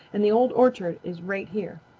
and the old orchard is right here.